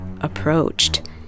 approached